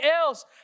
else